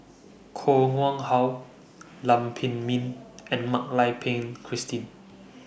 Koh Nguang How Lam Pin Min and Mak Lai Peng Christine